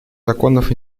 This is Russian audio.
законных